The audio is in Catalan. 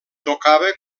tocava